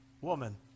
woman